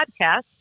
podcast